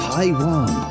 Taiwan